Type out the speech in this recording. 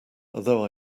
although